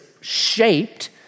shaped